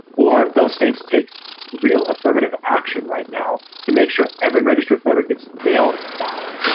or those states take real affirmative action right now to make sure every registered voter gets mailed a ballot.